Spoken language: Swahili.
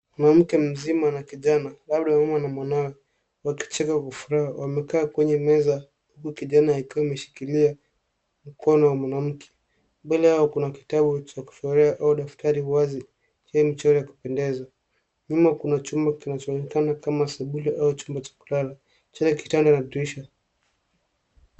Mwanamke mzima na kijana, labda mama na mwanawe wakicheka kwa furaha wamekaa kwenye meza huku kijana akiwa ameshikilia mkono wa mwanamke. Mbele yao kuna kitabu cha kuchorea au daftari wazi na michoro ya kupendeza. Nyuma kuna chumba kinachoonekana kama sebule au chumba cha kulala chenye kitanda na dirisha.